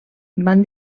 van